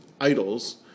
idols